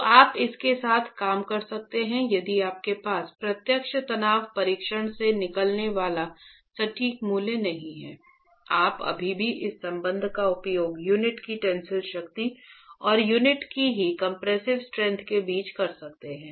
तो आप इस के साथ काम कर सकते हैं यदि आपके पास प्रत्यक्ष तनाव परीक्षण से निकलने वाला सटीक मूल्य नहीं है आप अभी भी इस संबंध का उपयोग यूनिट की टेंसिल शक्ति और यूनिट की ही कंप्रेसिव स्ट्रैंथ के बीच कर सकते हैं